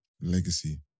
legacy